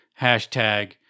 Hashtag